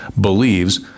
believes